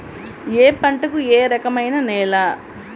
ఏ పంటకు ఏ రకమైన నేల?